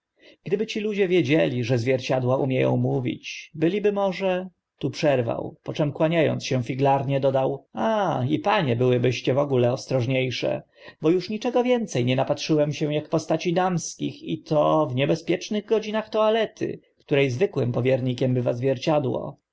gdyby ci ludzie wiedzieli że zwierciadła umie ą mówić byliby może tu przerwał po czym kłania ąc się figlarnie dodał a i panie byłybyście w ogóle ostrożnie sze bo uż niczego więce nie napatrzyłem się ak postaci damskich i to w niebezpiecznych godzinach toalety które zwykłym powiernikiem bywa zwierciadło